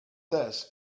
this